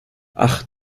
ach